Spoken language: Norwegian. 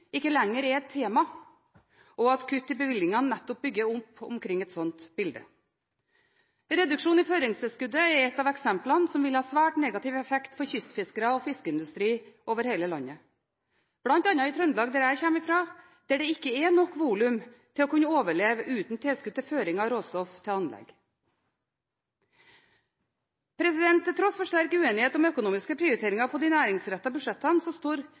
ikke lenger er et tema, og at kutt i bevilgningene nettopp bygger opp om et slikt bilde. Reduksjon i føringstilskuddet er et av eksemplene som vil ha svært negativ effekt for kystfiskere og fiskeindustri over hele landet, bl.a. i Trøndelag, der jeg kommer fra, der det ikke er nok volum til å kunne overleve uten tilskudd til føring av råstoff til anlegg. Til tross for sterk uenighet om økonomiske prioriteringer på de næringsrettede budsjettene, står næringskomiteen i innstillingen også samlet om viktige budskap. Så